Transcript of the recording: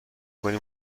کنی